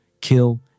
kill